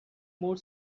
more